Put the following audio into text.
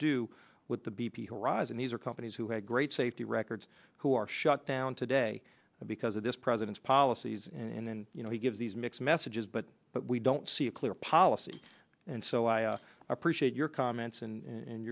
do with the b p horizon these are companies who have great safety records who are shut down today because of this president's policies and then you know he gives these mixed messages but we don't see a clear policy and so i appreciate your comments and